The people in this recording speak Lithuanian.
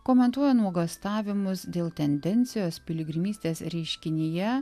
komentuoja nuogąstavimus dėl tendencijos piligrimystės reiškinyje